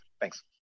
thanks